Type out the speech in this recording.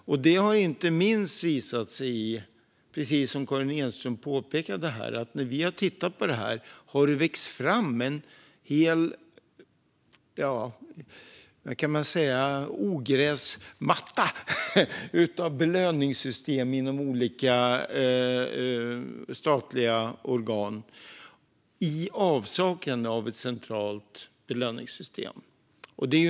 Som Karin Enström påpekade har vi när vi har tittat på det här sett att det vuxit fram en hel - vad ska man kalla det - ogräsmatta av belöningssystem inom olika statliga organ i avsaknad av ett centralt belöningssystem.